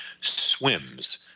swims